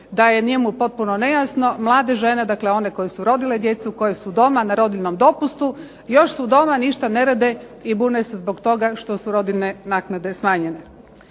da je njemu potpuno nejasno, mlade žene, dakle one koje su rodile djecu, koje su doma na rodiljnom dopustu još su doma, ništa ne rade i bune se zbog toga što su rodiljne naknade smanjene.